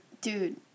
Dude